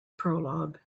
prologue